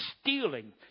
stealing